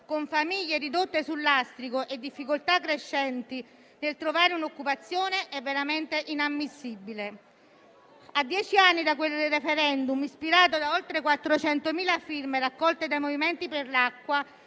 con famiglie ridotte sul lastrico e difficoltà crescenti per trovare un'occupazione, è veramente inammissibile. A dieci anni da quel *referendum,* ispirato da oltre 400.000 firme raccolte dai movimenti per l'acqua